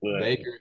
Baker